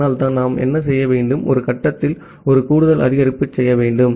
அதனால் நாம் என்ன செய்ய வேண்டும் ஒரு கட்டத்தில் ஒரு கூடுதல் அதிகரிப்பு செய்ய வேண்டும்